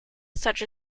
such